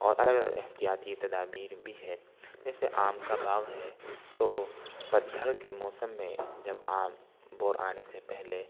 اور الگ الگ احتیاطی تدابیر بھی ہے جیسے آم کا باغ ہے تو پتجھڑ کے موسم میں جب آم بور آنے سے پہلے